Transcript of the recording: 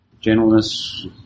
gentleness